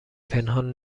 پنهان